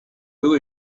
who